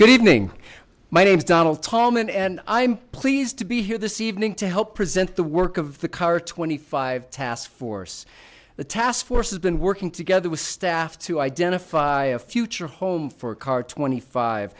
good evening my name's donald tolman and i'm pleased to be here this evening to help present the work of the car twenty five task force the task force has been working together with staff to identify a future home for car twenty five